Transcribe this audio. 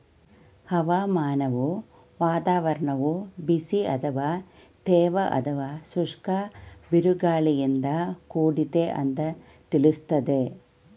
ಹವಾಮಾನವು ವಾತಾವರಣವು ಬಿಸಿ ಅಥವಾ ತೇವ ಅಥವಾ ಶುಷ್ಕ ಬಿರುಗಾಳಿಯಿಂದ ಕೂಡಿದೆ ಅಂತ ತಿಳಿಸ್ತದೆ